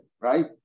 right